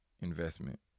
investment